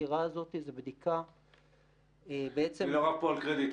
הסקירה הזאת היא בדיקה --- אני לא רב פה על קרדיט,